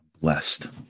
blessed